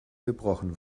gebrochen